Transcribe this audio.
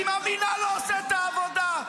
אם המינהל לא עושה את העבודה,